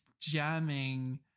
jamming